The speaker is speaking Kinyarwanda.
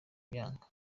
byanga